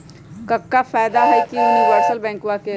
क्का फायदा हई यूनिवर्सल बैंकवा के?